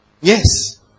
Yes